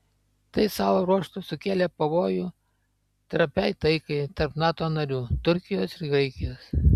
tai savo ruožtu sukėlė pavojų trapiai taikai tarp nato narių turkijos ir graikijos